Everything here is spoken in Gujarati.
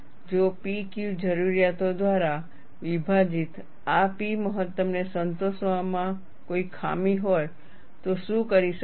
જો P Q જરૂરિયાતો દ્વારા વિભાજિત આ P મહત્તમને સંતોષવામાં કોઈ ખામી હોય તો શું કરી શકાય